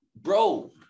bro